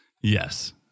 Yes